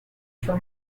for